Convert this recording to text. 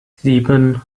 sieben